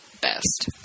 best